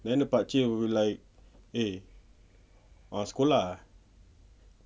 then the pakcik will be like eh ah sekolah eh